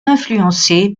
influencé